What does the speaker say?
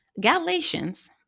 Galatians